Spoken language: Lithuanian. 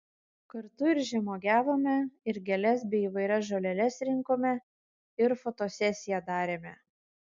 kartu ir žemuogiavome ir gėles bei įvairias žoleles rinkome ir fotosesiją darėme